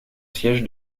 siège